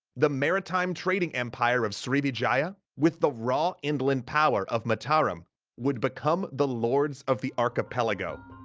the maritime trading empire of srivijaya. with the raw indolent power of mataram would become the lords of the archipelago,